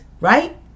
right